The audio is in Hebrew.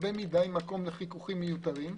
הרבה מקום לחיכוכים מיותרים,